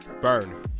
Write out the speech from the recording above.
Burn